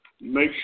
make